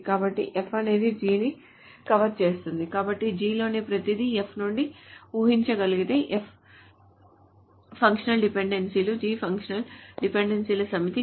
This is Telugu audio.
కాబట్టి F అనేది G ని కవర్ చేస్తుంది కాబట్టి G లోని ప్రతిదీ F నుండి ఊహించగలిగితే F ఫంక్షనల్ డిపెండెన్సీలు G ఫంక్షనల్ డిపెండెన్సీల సమితిని కవర్ చేస్తుంది